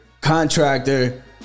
contractor